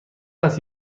است